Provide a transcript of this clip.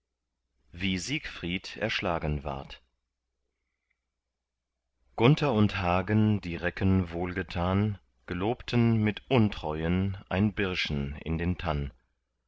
wie siegfried erschlagen ward gunther und hagen die recken wohlgetan gelobten mit untreuen ein birschen in den tann